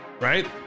Right